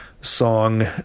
song